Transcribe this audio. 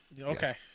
okay